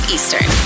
Eastern